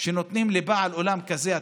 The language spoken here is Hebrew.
שנותנים לבעל אולם כזה,